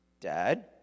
Dad